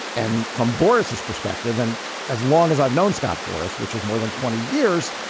and from boris's perspective, and as long as i've known scott boras, which was more than twenty years,